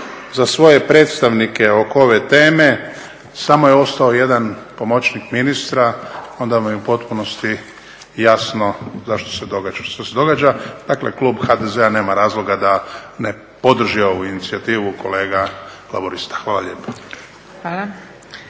za svoje predstavnike oko ove teme samo je ostao jedan pomoćnik ministra, onda mi je potpunosti jasno zašto se događa što se događa. Dakle, klub HDZ-a nema razloga da ne podrži ovu inicijativu kolega Laburista. Hvala lijepa.